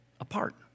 apart